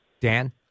Dan